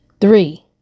Three